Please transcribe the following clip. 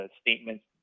statements